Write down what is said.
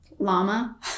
Llama